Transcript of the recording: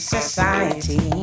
Society